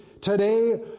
Today